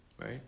right